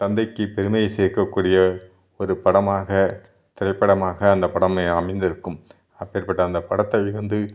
தந்தைக்கு பெருமையை சேர்க்கக்கூடிய ஒரு படமாக திரைப்படமாக அந்தப்படம் அமைந்திருக்கும் அப்பேற்பட்ட அந்த படத்தை வியந்து